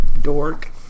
dork